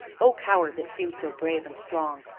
oh, coward that seemed so brave and strong!